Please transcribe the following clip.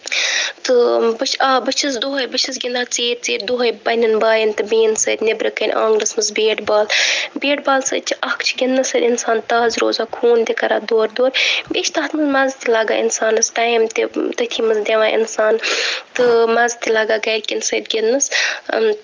تہ بہٕ آ بہٕ چھس دۄہے بہٕ چھس گِندان ژیٖر ژیٖر دۄہے پَننؠن باین تہٕ بیٚنؠن سۭتۍ نیٚبرٕ کَنۍ آنٛگنَس منٛز بیٹ بال بیٹ بال سۭتۍ چھِ اکھ چھِ گِنٛدنہٕ سۭتۍ اِنسان تازٕ روزان خون تہِ کَران دورٕ دورٕ بیٚیہِ چھِ تَتھ منٛز مَزٕ تہِ لَگان اِنسانَس ٹایِم تہِ تٔتھی منٛز دِوان اِنسان تہٕ مَزٕ تہِ لَگان گَرِ کؠن سۭتۍ گِنٛدنَس